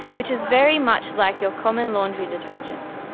which is very much like your common laundry detergent.